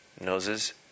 noses